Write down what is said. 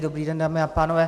Dobrý den, dámy a pánové.